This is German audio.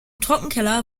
trockenkeller